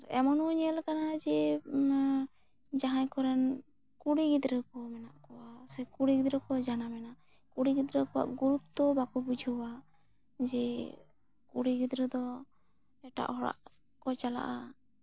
ᱮᱢᱱᱚᱜ ᱧᱮᱞ ᱟᱠᱟᱱᱟ ᱡᱮ ᱡᱟᱦᱟᱸᱭ ᱠᱚᱨᱮᱱ ᱠᱩᱲᱤ ᱜᱤᱫᱽᱨᱟᱹ ᱠᱚ ᱢᱮᱱᱟᱜ ᱠᱚᱣᱟ ᱥᱮ ᱠᱩᱲᱤ ᱜᱤᱫᱽᱨᱟᱹ ᱡᱟᱱᱟᱢᱮᱱᱟ ᱠᱩᱲᱤ ᱜᱤᱫᱽᱨᱟᱹ ᱠᱚᱣᱟ ᱜᱩᱨᱩᱛᱛᱚ ᱵᱟᱠᱚ ᱵᱩᱡᱷᱟᱹᱣᱟ ᱡᱮ ᱠᱩᱲᱤ ᱜᱤᱫᱽᱨᱟᱹ ᱫᱚ ᱮᱴᱟᱜ ᱦᱚᱲᱟᱜ ᱠᱚ ᱪᱟᱞᱟᱜᱼᱟ